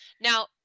now